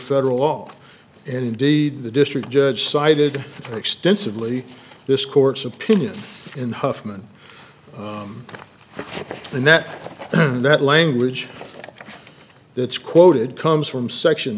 federal law and indeed the district judge sided extensively this court's opinion in huffman ok and that that language that's quoted comes from section